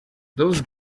those